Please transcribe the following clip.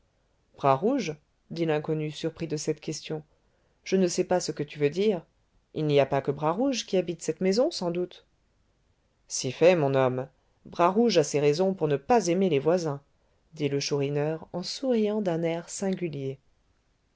bras rouge dit l'inconnu surpris de cette question je ne sais pas ce que tu veux dire il n'y a pas que bras rouge qui habite cette maison sans doute si fait mon homme bras rouge a ses raisons pour ne pas aimer les voisins dit le chourineur en souriant d'un air singulier